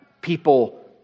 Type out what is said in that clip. people